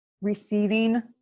receiving